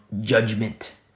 judgment